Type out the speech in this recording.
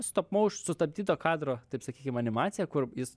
stop mouš sustabdyto kadro taip sakykim animaciją kur jis